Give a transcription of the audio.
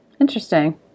Interesting